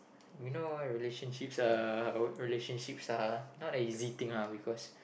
you know relationships uh relationships are not that easy thing lah because